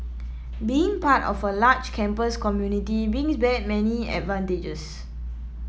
being part of a large campus community brings many advantages